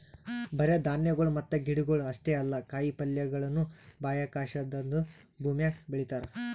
ಬರೇ ಧಾನ್ಯಗೊಳ್ ಮತ್ತ ಗಿಡಗೊಳ್ ಅಷ್ಟೇ ಅಲ್ಲಾ ಕಾಯಿ ಪಲ್ಯಗೊಳನು ಬಾಹ್ಯಾಕಾಶದಾಂದು ಭೂಮಿಮ್ಯಾಗ ಬೆಳಿತಾರ್